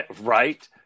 right